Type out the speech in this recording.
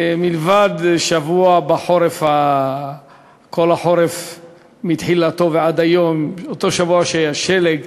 מלבד שבוע של חורף, אותו שבוע שהיה שלג,